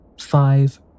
Five